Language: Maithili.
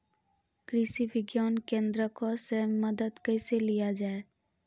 कृषि विज्ञान केन्द्रऽक से मदद कैसे लिया जाय?